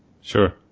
Sure